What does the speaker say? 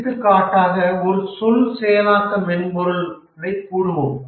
எடுத்துக்காட்டாக ஒரு சொல் செயலாக்க மென்பொருளைக் கூறுவோம்